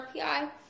RPI